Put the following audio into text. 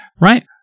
right